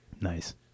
Nice